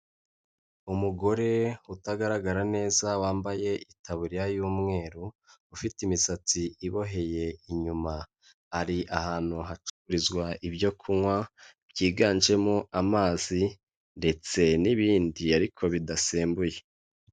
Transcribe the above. Umugore utagaragara neza wambaye itaburiya y'umweru, ufite imisatsi iboheye inyuma, ari ahantu hacururizwa ibyo kunywa byiganjemo amazi ndetse n'ibindi ariko bidasembuye.